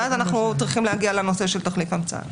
ואז אנחנו צריכים להגיע לתחליף המצאה.